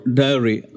diary